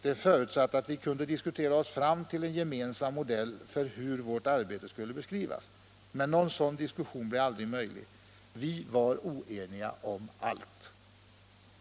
Det förutsatte att vi kunde diskutera oss fram till en gemensam modell för hur vårt arbete skulle beskrivas. Men någon sådan diskussion blev aldrig möjlig. Vi var oeniga om allt.